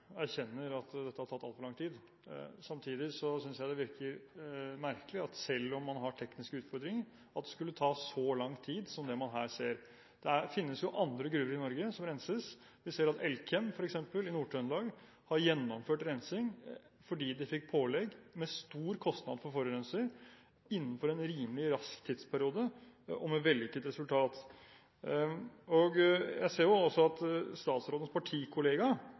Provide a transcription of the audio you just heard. erkjenner at dette har tatt altfor lang tid. Samtidig synes jeg det virker merkelig, selv om man har tekniske utfordringer, at det skulle ta så lang tid som det man her ser. Det finnes jo andre gruver i Norge som renses. Vi ser at Elkem f.eks. i Nord-Trøndelag har gjennomført rensing fordi de fikk pålegg, med stor kostnad for forurenser, innenfor en rimelig rask tidsperiode – og med vellykket resultat. Jeg ser også at statsrådens partikollega